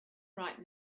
right